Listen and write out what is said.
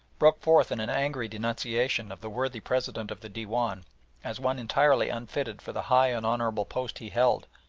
broke forth in an angry denunciation of the worthy president of the dewan as one entirely unfitted for the high and honourable post he held,